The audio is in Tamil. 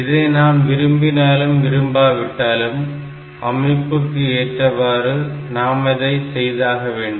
இதை நாம் விரும்பினாலும் விரும்பாவிட்டாலும் அமைப்புக்கு ஏற்றவாறு நாம் அதை செய்தாக வேண்டும்